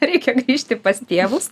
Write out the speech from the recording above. reikia grįžti pas tėvus